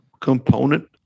component